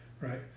right